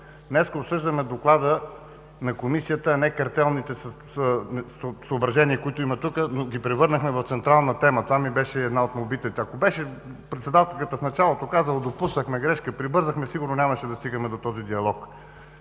днес обсъждаме доклада на Комисията, а не картелните съображения, но ги превърнахме в централна тема. Това ми беше една от молбите. Ако в началото председателката беше казала: „Допуснахме грешка, прибързахме“, сигурно нямаше да стигаме до този диалог.